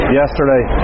yesterday